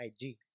IG